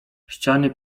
ściany